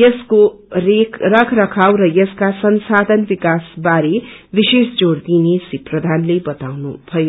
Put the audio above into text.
यसको रखरखाद र यसका संसाधन विकास बारे विशेष जोर दिइने श्री प्रधानले बताउनुभयो